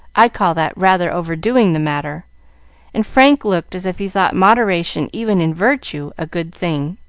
i call that rather overdoing the matter and frank looked as if he thought moderation even in virtue a good thing.